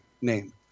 name